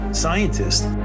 scientists